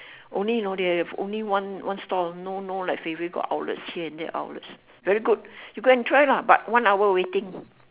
only you know they have only one one stall no no like fei-fei got outlets here and there outlets very good you go and try lah but one hour waiting